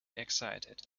excited